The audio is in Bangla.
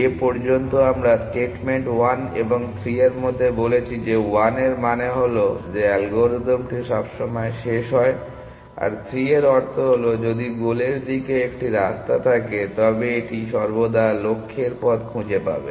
এ পর্যন্ত আমরা স্টেটমেন্ট 1 এবং 3 এর মধ্যে বলেছি 1 এর মানে হল যে অ্যালগরিদমটি সবসময় শেষ হয় আর 3 এর অর্থ হল যদি গোলের দিকে একটি রাস্তা থাকে তবে এটি সর্বদা লক্ষ্যের পথ খুঁজে পাবে